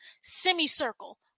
semicircle